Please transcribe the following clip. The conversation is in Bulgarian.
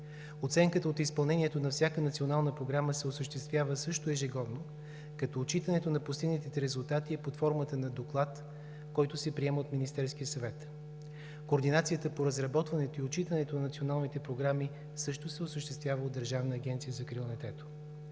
Оценката от изпълнението на всяка национална програма се осъществява също ежегодно, като отчитането на постигнатите резултати е под формата на доклад, който се приема от Министерския съвет. Координацията по разработването и отчитането на националните програми също се осъществява от Държавна агенция за закрила на детето.